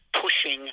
pushing